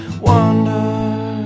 wonder